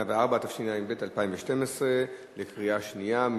התשע"ב 2012, לקריאה שנייה.